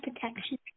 protection